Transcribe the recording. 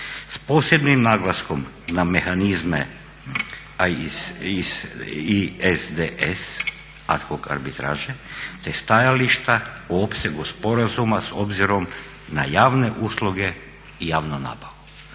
posebnim naglaskom na mehanizme …/Govornik se ne razumije./… ad hoc arbitraže te stajališta o opsegu sporazuma s obzirom na javne usluge i javnu nabavu."